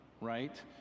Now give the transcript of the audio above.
right